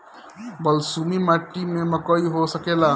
बलसूमी माटी में मकई हो सकेला?